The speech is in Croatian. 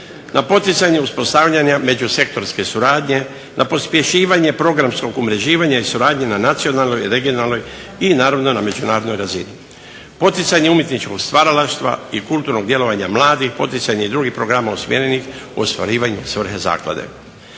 Na poticanje uspostavljanja međusektorske suradnje, na pospješivanje programskog umreživanja i suradnje na nacionalnoj, regionalnoj i naravno regionalnoj razini. Poticanje umjetničkog stvaralaštva i kulturnog djelovanja mladih i poticanje drugih programa usmjerenih u ostvarivanje svrhe zaklade.